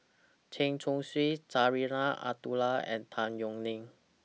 Chen Chong Swee Zarinah Abdullah and Tan Yeok Nee